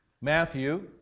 Matthew